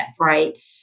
Right